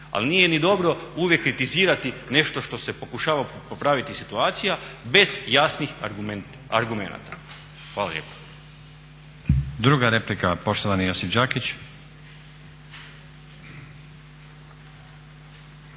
Ali nije ni dobro uvijek kritizirati nešto što se pokušava popraviti situacija bez jasnih argumenata. Hvala lijepa. **Stazić, Nenad (SDP)** Druga replika, poštovani Josip Đakić.